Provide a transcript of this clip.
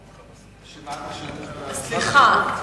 סליחה.